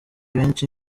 benshi